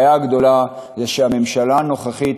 או הבעיה הגדולה היא, שהממשלה הנוכחית